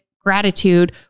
gratitude